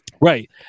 Right